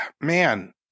Man